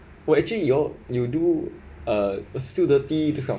oh actually you all you do uh still dirty this kind of